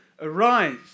Arise